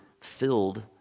filled